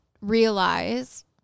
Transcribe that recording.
realize